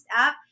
up